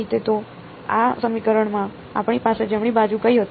તો આ સમીકરણમાં આપણી પાસે જમણી બાજુ કઈ હતી